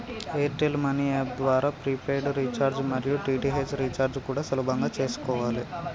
air tell money app ద్వారా prepaid recharge మరియు DTH recharge కూడా సులభంగా చేసుకోవాలే